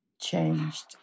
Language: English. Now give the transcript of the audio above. changed